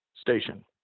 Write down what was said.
station